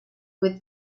with